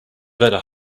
better